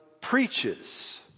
preaches